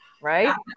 right